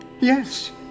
yes